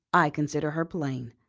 i consider her plain.